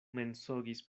mensogis